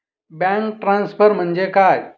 Bank transfer म्हणजे काय?